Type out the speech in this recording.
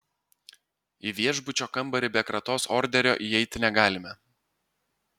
į viešbučio kambarį be kratos orderio įeiti negalime